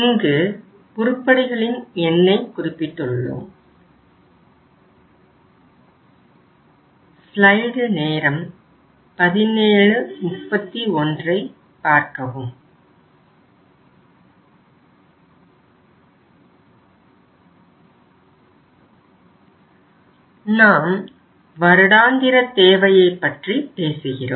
இங்கு உருப்படிகளின் எண்ணை குறிப்பிட்டுள்ளோம் நாம் வருடாந்திர தேவையைப் பற்றி பேசுகிறோம்